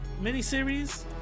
miniseries